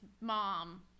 mom